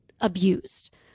abused